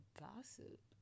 gossip